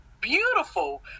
beautiful